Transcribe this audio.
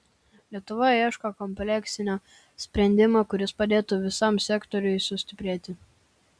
lietuva ieško kompleksinio sprendimo kuris padėtų visam sektoriui sustiprėti